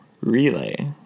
Relay